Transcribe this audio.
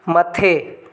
मथे